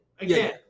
again